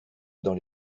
dans